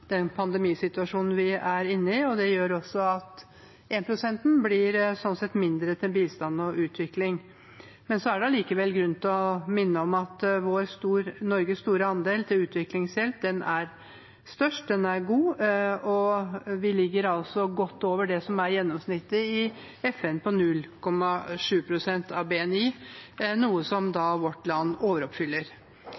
pandemisituasjonen vi er inne i. Det gjør også at en-prosenten blir mindre, og slik sett at det blir mindre til bistand og utvikling. Men det er likevel grunn til å minne om at Norges andel til utviklingshjelp er størst og god. Vi ligger godt over det som er gjennomsnittet i FN, 0,7 pst. av BNI, noe som